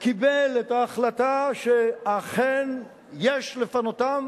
קיבל את ההחלטה שאכן יש לפנותם,